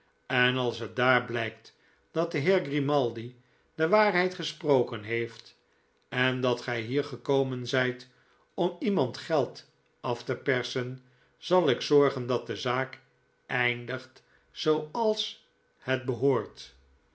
en als het daar blijkt dat de heer grimaldi de waarheid gesproken heeft en dat gij hier gekomen zijt om iemand geld af t e persen zal ik zorgen dai de zaak eindigt zooals het behoort